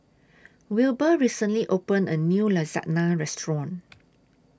Wilbur recently opened A New Lasagna Restaurant